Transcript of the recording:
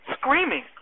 screaming